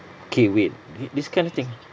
okay wait th~ this kind of thing